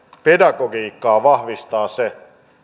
pedagogiikkaa vahvistaa se